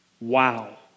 Wow